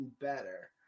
better